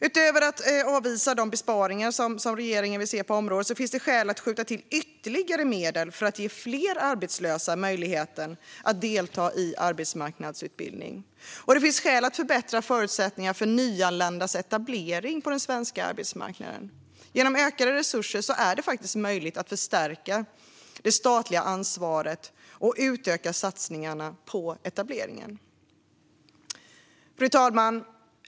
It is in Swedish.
Utöver att avvisa de besparingar som regeringen vill se på området finns det skäl att skjuta till ytterligare medel för att ge fler arbetslösa möjligheten att delta i arbetsmarknadsutbildning. Dessutom finns det skäl att förbättra förutsättningarna för nyanländas etablering på den svenska arbetsmarknaden. Genom ökade resurser är det möjligt att förstärka det statliga ansvaret och utöka satsningarna på etableringen. Fru talman!